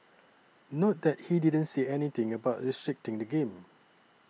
note that he didn't say anything about restricting the game